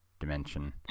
dimension